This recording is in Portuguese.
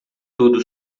tudo